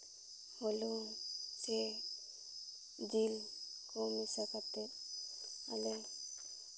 ᱦᱚᱞᱚᱝ ᱥᱮ ᱡᱤᱞ ᱠᱚ ᱢᱮᱥᱟ ᱠᱟᱛᱮ ᱟᱞᱮ